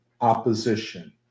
opposition